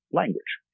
language